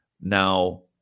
Now